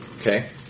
okay